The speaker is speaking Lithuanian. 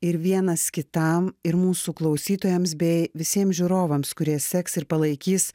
ir vienas kitam ir mūsų klausytojams bei visiems žiūrovams kurie seks ir palaikys